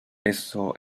eso